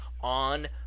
on